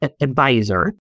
advisor